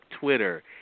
Twitter